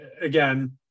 Again